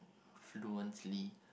fluently